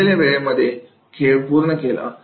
ठरवलेल्या वेळेमध्ये खेळ पूर्ण केला